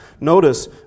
Notice